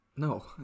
No